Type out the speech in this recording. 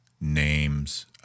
names